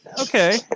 Okay